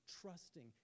Trusting